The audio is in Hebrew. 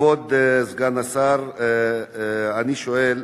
כבוד סגן השר, אני שואל